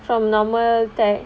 from normal technology